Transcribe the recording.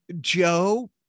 Joe